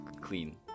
clean